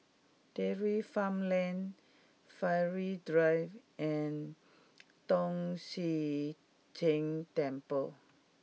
Dairy Farm Lane Farrer Drive and Tong Sian Tng Temple